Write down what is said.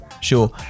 sure